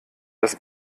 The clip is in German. das